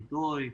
חיטוי.